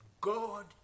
God